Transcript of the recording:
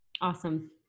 Awesome